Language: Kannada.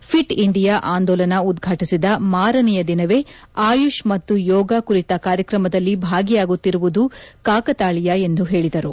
ಫಿಟ್ ಇಂಡಿಯಾ ಆಂದೋಲನ ಉದ್ಘಾಟಿಸಿದ ಮಾರನೆಯ ದಿನವೇ ಆಯುಷ್ ಮತ್ತು ಯೋಗ ಕುರಿತ ಕಾರ್ಯಕ್ರಮದಲ್ಲಿ ಭಾಗಿಯಾಗುತ್ತಿರುವುದು ಕಾಕತಾಳೀಯ ಎಂದು ಹೇಳಿದರು